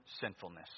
sinfulness